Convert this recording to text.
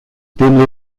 dimly